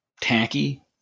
tacky